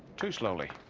too slowly